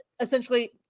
essentially